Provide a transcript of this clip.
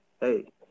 hey